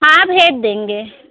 हाँ भेज देंगे